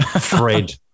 Fred